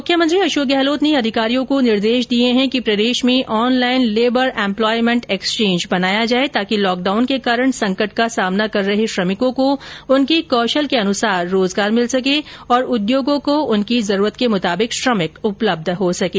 मुख्यमंत्री अशोक गहलोत ने अधिकारियों को निर्देश दिए हैं कि प्रदेश में ऑनलाइन लेबर एम्पलॉयमेंट एक्सचेंज बनाया जाए ताकि लॉकडाउन के कारण संकट का सामना कर रहे श्रमिकों को उनके कौशल के अनुरूप रोजगार मिल सके और उद्योगों को उनकी जरूरत के मुताबिक श्रमिक उपलब्ध हो सकें